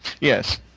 Yes